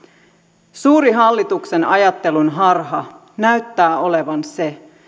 suuri hallituksen ajattelun harha näyttää olevan se